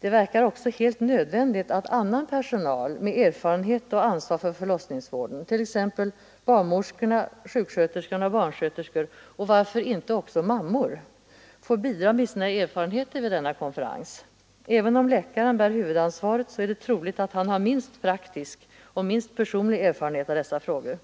Det verkar emellertid helt nödvändigt att även annan personal med erfarenhet och ansvar för förlossningsvården, t.ex. barnmorskor, sjuksköterskor och barnsköterskor — och varför inte också mammor — får bidra med sina erfarenheter vid denna konferens. Även om läkaren bär huvudansvaret är det troligt att han har den minsta praktiska och personliga erfarenheten av dessa frågor.